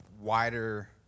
wider